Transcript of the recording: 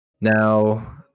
Now